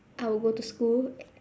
I will go to school